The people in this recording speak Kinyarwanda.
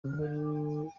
inkuru